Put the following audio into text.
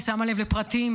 היא שמה לב לפרטים,